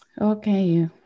Okay